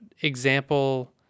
example